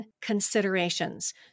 considerations